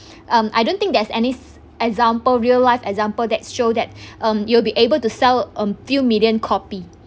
um I don't think there's any example real life example that show that um you'll be able to sell a few million copy